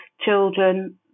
children